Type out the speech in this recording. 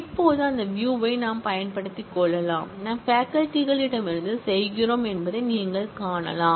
இப்போது அந்த வியூயை நாம் பயன்படுத்திக் கொள்ளலாம் நாம் பேகல்ட்டி களிடமிருந்து செய்கிறோம் என்பதை நீங்கள் காணலாம்